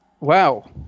Wow